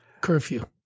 curfew